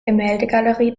gemäldegalerie